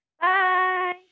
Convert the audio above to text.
Bye